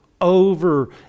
over